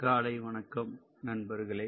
காலை வணக்கம் நண்பர்களே